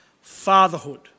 fatherhood